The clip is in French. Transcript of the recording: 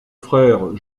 frère